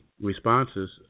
Responses